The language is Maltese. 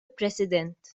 president